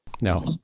No